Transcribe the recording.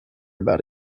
about